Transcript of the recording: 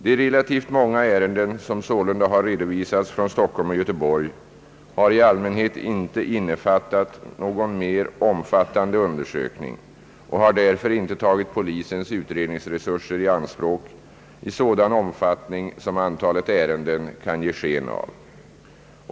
De relativt många ärenden som således har redovisats från Stockholm och Göteborg har i allmänhet inte innefattat någon mer omfattande undersökning och har därför inte tagit polisens utredningsresurser i anspråk i sådan omfattning som antalet ärenden kan ge sken av.